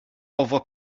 owo